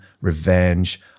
revenge